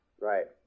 right